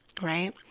right